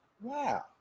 wow